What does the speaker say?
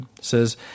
says